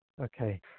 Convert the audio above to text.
Okay